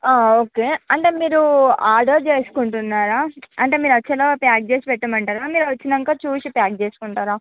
okay అంటే మీరు order చేసుకుంటున్నారా అంటే మీరు వచ్చేలోపు ప్యాక్ చేసి పెట్టమంటారా లేకపోతే మీరు వచ్చినాకా చూసి ప్యాక్ చేసుకుంటారా